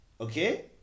Okay